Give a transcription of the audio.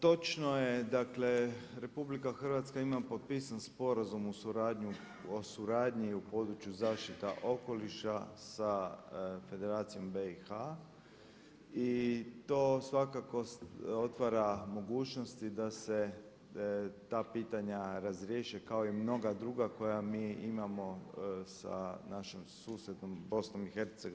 Točno je dakle RH ima potpisan Sporazum o suradnji u području zaštite okoliša sa Federacijom BiH i to svakako otvara mogućnosti da se ta pitanja razriješe kao i mnoga druga koja mi imamo sa našom susjednom BiH.